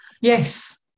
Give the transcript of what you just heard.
yes